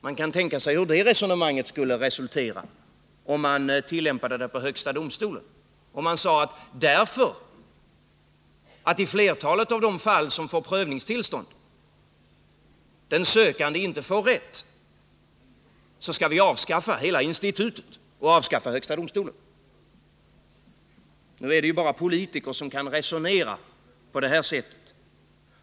Man kan tänka sig vad det resonemanget skulle resultera i, om man tillämpade det på högsta domstolen och sade att därför att i flertalet av de fall som får prövningstillstånd den sökande inte får rätt skall vi avskaffa hela institutet och alltså avskaffa högsta domstolen. Det är ju bara politiker som kan resonera på det här sättet.